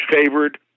favored